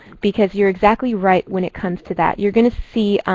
because you're exactly right when it comes to that. you're going to see